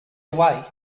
away